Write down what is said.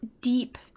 deep